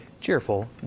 cheerful